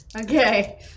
Okay